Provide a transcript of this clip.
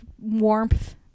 warmth